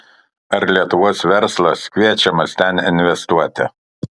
ar lietuvos verslas kviečiamas ten investuoti